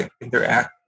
interact